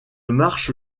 marche